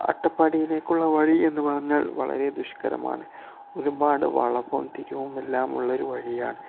അട്ടപ്പാടയിലേക്കുള്ള വഴി എന്ന് പറഞ്ഞാൽ വളരെ ദുഷ്കരമാണ് ഒരുപാട് വളവും തിരിവും എല്ലാം ഉുള്ളൊരു വഴിയാണ്